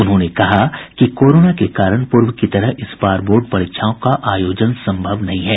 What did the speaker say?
उन्होंने कहा कि कोरोना के कारण पूर्व की तरह इस बार बोर्ड परीक्षाओं का आयोजन संभव नहीं है